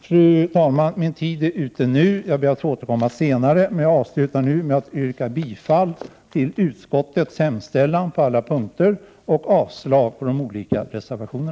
Fru talman! Min taletid är nu slut, och jag ber att få återkomma senare. Jag avslutar detta anförande med att yrka bifall till utskottets hemställan på alla punkter och avslag på samtliga reservationer.